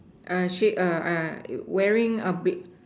she wearing a